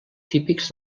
típics